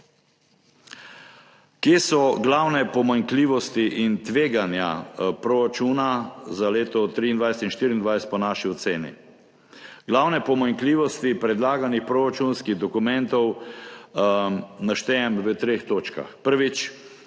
Kje so glavne pomanjkljivosti in tveganja proračunov za leto 2023 in 2024 po naši oceni? Glavne pomanjkljivosti predlaganih proračunskih dokumentov naštejem v treh točkah. Prvič: